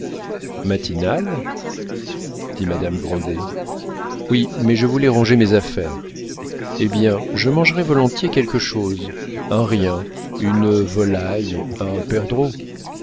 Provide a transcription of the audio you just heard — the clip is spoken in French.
matinal dit madame grandet oui mais je voulais ranger mes affaires eh bien je mangerais volontiers quelque chose un rien une volaille un perdreau